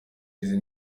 izi